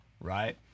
Right